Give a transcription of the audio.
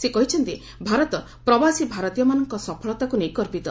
ସେ କହିଛନ୍ତି ଭାରତ ପ୍ରବାସୀ ଭାରତୀୟମାନଙ୍କ ସଫଳତାକୁ ନେଇ ଗର୍ବିତ